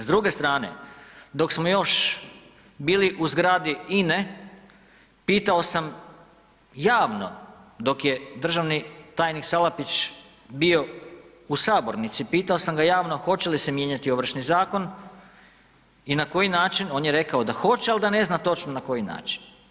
S druge strane dok smo još bili u zgradi INA-e, pitao sam javno dok je državni tajnik Salapić bio u sabornici, pitao sam ga javno hoće li se mijenjati Ovršni zakon i na koji način, on je rekao da hoće, ali da ne zna točno na koji način.